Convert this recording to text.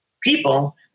people